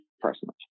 personally